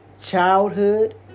childhood